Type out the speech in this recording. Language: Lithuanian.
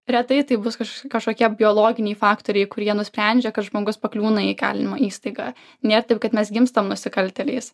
retai tai bus kažko kažkokie biologiniai faktoriai kurie nusprendžia kad žmogus pakliūna į įkalinimo įstaigą nėr taip kad mes gimstam nusikaltėliais